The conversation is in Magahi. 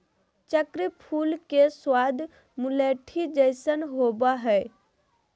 चक्र फूल के स्वाद मुलैठी जइसन होबा हइ